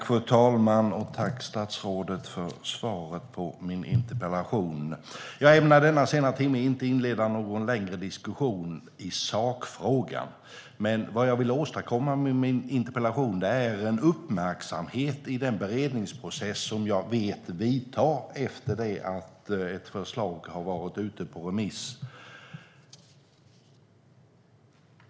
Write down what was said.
Fru talman! Tack, statsrådet, för svaret på min interpellation! Jag ämnar vid denna sena timme inte inleda någon längre diskussion i sakfrågan. Vad jag vill åstadkomma med min interpellation är en uppmärksamhet i den beredningsprocess som jag vet vidtar efter det att ett förslag har varit ute på remiss.